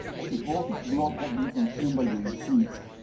as if all his blood had been consumed by the disease.